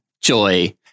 Joy